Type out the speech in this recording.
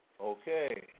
Okay